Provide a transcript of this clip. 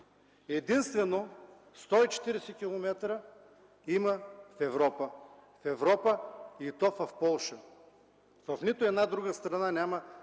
Единствено 140 км има в Европа, и то в Полша. В нито една друга страна няма